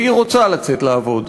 והיא רוצה לצאת לעבוד,